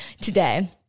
today